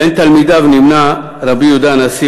בין תלמידיו נמנה רבי יהודה הנשיא,